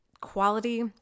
quality